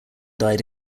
died